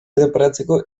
erreparatzeko